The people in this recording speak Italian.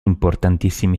importantissimi